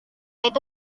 itu